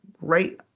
right